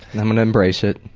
and i'm gonna embrace it.